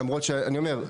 למרות שאני אומר,